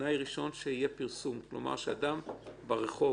תנאי ראשון שיהיה פרסום כלומר שאדם ברחוב,